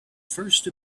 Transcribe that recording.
first